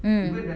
mm